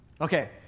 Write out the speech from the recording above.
Okay